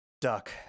Duck